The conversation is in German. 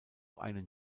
einen